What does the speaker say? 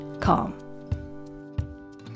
calm